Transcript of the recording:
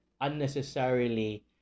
unnecessarily